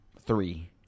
three